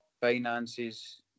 finances